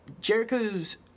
Jericho's